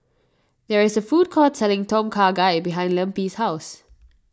there is a food court selling Tom Kha Gai behind Lempi's house